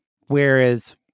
whereas